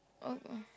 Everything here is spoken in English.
oh oh